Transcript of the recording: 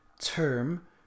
term